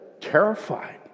terrified